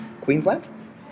Queensland